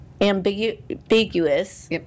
ambiguous